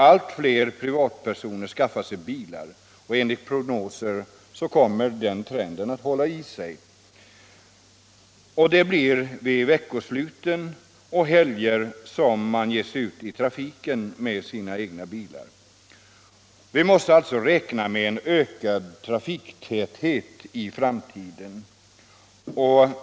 Allt fler privatpersoner skaffar sig bilar, och enligt prognoser kommer den trenden att hålla i sig. Det är vid veckoslut och helger som man ger sig ut i trafiken med sina bilar. Vi måste alltså räkna med en ökad trafiktäthet i framtiden.